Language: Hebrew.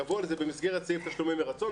גבו על זה במסגרת סעיף תשלומים מרצון,